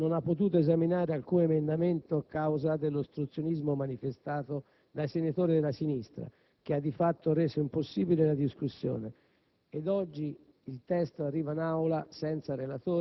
si è ripetuta la stessa farsa: la Commissione lavoro non ha potuto esaminare alcun emendamento a causa dell'ostruzionismo manifestato dai senatori della sinistra, che ha di fatto reso impossibile la discussione.